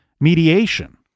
mediation